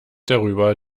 darüber